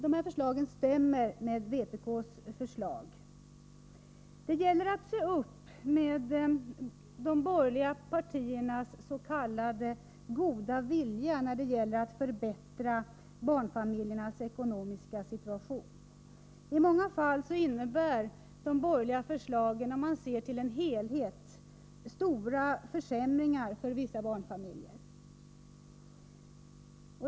De här förslagen stämmer med vpk:s förslag. Det gäller att se upp med de borgerliga partiernas s.k. goda vilja när det gäller att förbättra barnfamiljernas ekonomiska situation. I många fall innebär de borgerliga förslagen, om man ser till en helhet, stora försämringar för vissa barnfamiljer.